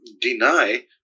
deny